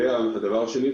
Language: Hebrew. דבר שני,